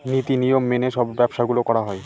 নীতি নিয়ম মেনে সব ব্যবসা গুলো করা হয়